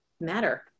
matter